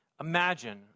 Imagine